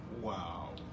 Wow